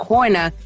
Corner